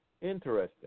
Interesting